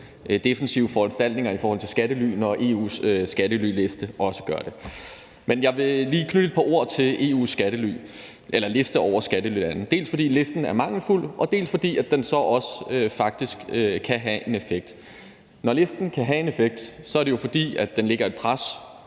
defensive foranstaltninger i forhold til skattely, når EU's skattelyliste også bliver opdateret. Men jeg vil lige knytte et par ord til EU's liste over skattelylande – dels fordi listen er mangelfuld, dels fordi den faktisk også kan have en effekt. Når listen kan have en effekt, er det jo, fordi den lægger et pres